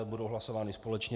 Budou hlasovány společně.